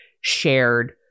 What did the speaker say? shared